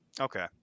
okay